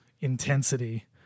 intensity